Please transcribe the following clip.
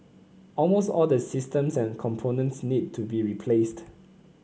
almost all the systems and components need to be replaced